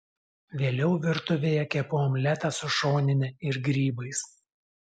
vėliau virtuvėje kepu omletą su šonine ir grybais